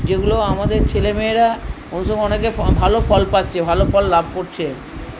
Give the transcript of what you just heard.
যেগুলো আমাদের ছেলেমেয়েরা অনেকে ভালো ফল পাচ্ছে ভালো ফল লাভ করছে